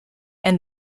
and